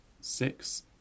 six